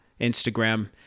Instagram